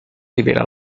rivela